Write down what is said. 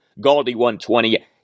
GALDI120